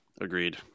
agreed